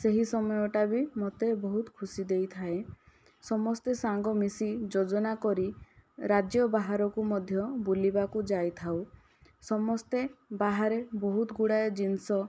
ସେହି ସମୟଟାବି ମୋତେ ବହୁତ ଖୁସି ଦେଇଥାଏ ସମସ୍ତେ ସାଙ୍ଗ ମିଶି ଯୋଜନା କରି ରାଜ୍ୟ ବାହାରକୁ ମଧ୍ୟ ବୁଲିବାକୁ ଯାଇଥାଉ ସମସ୍ତେ ବାହାରେ ବହୁତ ଗୁଡ଼ାଏ ଜିନିଷ